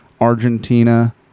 Argentina